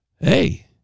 hey